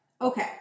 okay